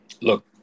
Look